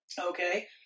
Okay